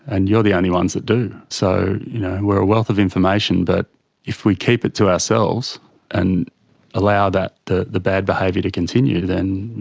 and you're the only ones that do. so we're a wealth of information but if we keep it to ourselves and allow the the bad behaviour to continue, then